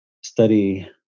study